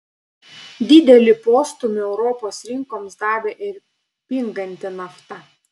didelį postūmį europos rinkoms davė ir pinganti nafta